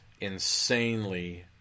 insanely